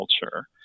culture